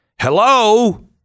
Hello